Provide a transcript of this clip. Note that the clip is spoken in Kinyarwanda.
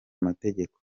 amategeko